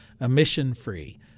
emission-free